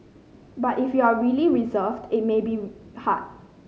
but if you are really reserved it may be hard